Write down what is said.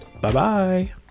Bye-bye